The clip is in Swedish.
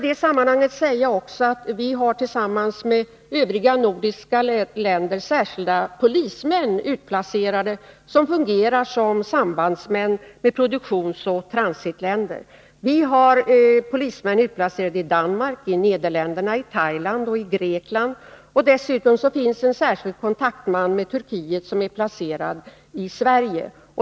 Jag kan också säga att vi tillsammans med övriga nordiska länder har särskilda polismän utplacerade som fungerar som sambandsmän beträffande produktionsoch transitländer. Vi har polismän utplacerade i Danmark, Nederländerna, Thailand och Grekland, och dessutom finns en särskild kontaktman med Turkiet placerad i Sverige.